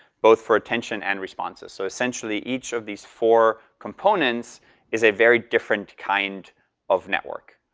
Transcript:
both for attention and responses. so essentially, each of these four components is a very different kind of network.